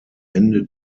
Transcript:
ende